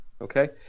Okay